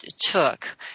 took